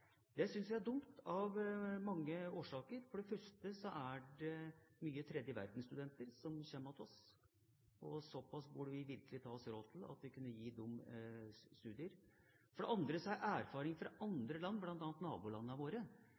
Det synes jeg er dumt, av mange årsaker. For det første er det mange tredjeverdenstudenter som kommer til oss, og såpass som å tilby dem studier burde vi virkelig ta oss råd til. For det andre er erfaringen fra andre land, bl.a. nabolandene våre,